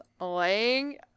laying